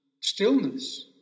stillness